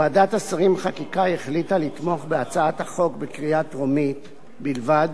ועדת השרים לחקיקה החליטה לתמוך בהצעת החוק בקריאה טרומית בלבד,